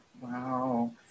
Wow